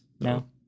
no